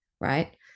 right